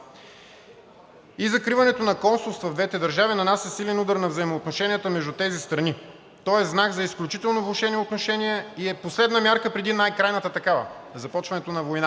и закриването на консулства в двете държави, нанася силен удар на взаимоотношенията между тези страни. То е знак за изключително влошени отношения и е последна мярка преди най-крайната такава – започването на война.